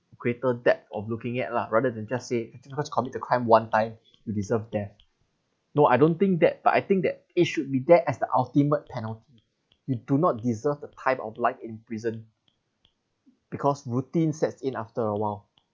greater depth of looking at lah rather than just say you just commit the crime one time you deserve death no I don't think that but I think that it should be there as the ultimate penalty you do not deserve the type of life in prison because routine sets in after a while